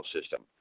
system